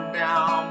down